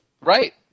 right